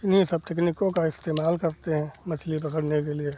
इन्हीं सब टेकनीकों का इस्तेमाल करते हैं मछली पकड़ने के लिए